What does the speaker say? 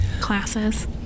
classes